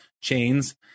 chains